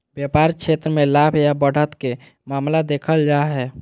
व्यापार क्षेत्र मे लाभ या बढ़त के मामला देखल जा हय